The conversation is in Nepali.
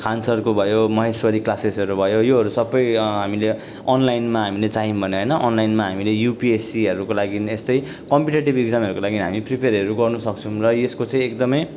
खान सरको भयो महेश्वरी क्लासेसहरू भयो योहरू सबै हामीले अनलाइनमा हामीले चाहियो भने होइन अनलाइनमा हामीले युपिएससीहरूको लागि यस्तै कम्पिटेटिभ एक्जामहरूको लागि हामी प्रिपेरहरू गर्नु सक्छौँ र यसको चाहिँ एकदमै